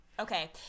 Okay